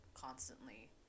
constantly